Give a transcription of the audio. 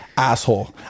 Asshole